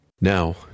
Now